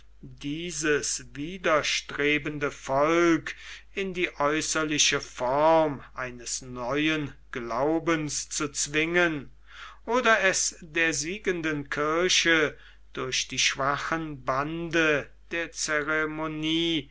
dieses widerstrebende volk in die äußerliche form eines neuen glaubens zu zwingen oder es der siegenden kirche durch die schwachen bande der ceremonie